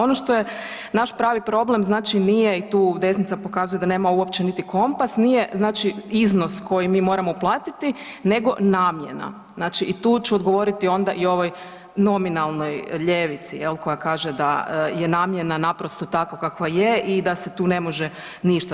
Ono što je naš pravi problem znači nije i tu desnica pokazuje da nema uopće niti kompas, nije znači iznos koji mi moramo uplatiti nego namjena, znači i tu ću odgovoriti onda i ovoj nominalnoj ljevici jel koja kaže da je namjena naprosto takva kakva je i da se tu ne može ništa.